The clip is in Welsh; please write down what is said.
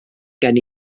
gen